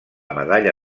medalla